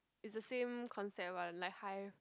it's the same concept what like hive